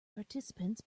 participants